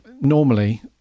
normally